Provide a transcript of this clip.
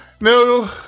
No